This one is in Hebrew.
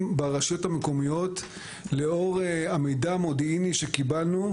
ברשויות המקומיות לאור המידע המודיעיני שקיבלנו,